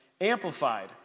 Amplified